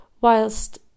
whilst